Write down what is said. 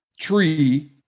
tree